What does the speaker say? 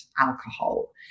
alcohol